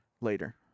later